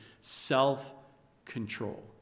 self-control